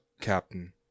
Captain